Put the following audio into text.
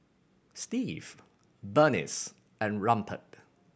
Steve Burnice and Rupert